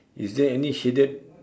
is there any shaded